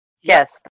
Yes